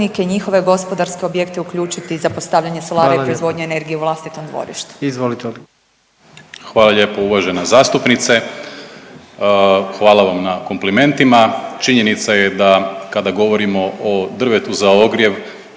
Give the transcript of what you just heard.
Hvala vam na komplimentima. Činjenica je da kada govorimo o drvetu za ogrijev